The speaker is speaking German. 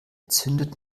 zündet